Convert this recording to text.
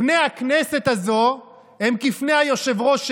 פני הכנסת הזו הם כפני היושב-ראש שלה.